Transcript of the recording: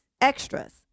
extras